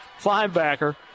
linebacker